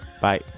Bye